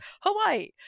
Hawaii